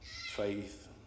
faith